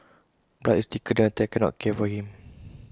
blood is thicker than I can't not care for him